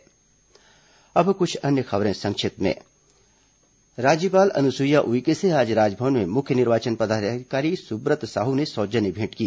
संक्षिप्त समाचार अब कुछ अन्य खबरें संक्षिप्त में राज्यपाल अनुसुईया उइके से आज राजभवन में मुख्य निर्वाचन पदाधिकारी सुब्रत साहू ने सौजन्य भेंट की